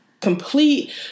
complete